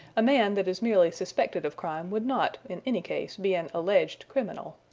a man that is merely suspected of crime would not, in any case, be an alleged criminal,